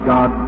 God